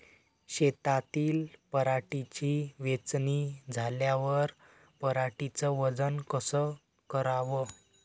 शेतातील पराटीची वेचनी झाल्यावर पराटीचं वजन कस कराव?